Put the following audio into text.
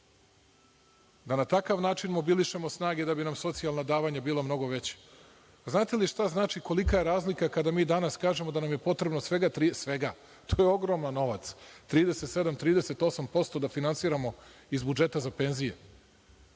da na takav način mobilišemo snage, da bi nam socijalna davanja bila mnogo veća. Znate li šta znači, kolika je razlika kada mi danas kažemo da nam je potrebno svega, to je ogroman novac, svega 37, 38% da finansiramo iz budžeta za penzije?